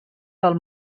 del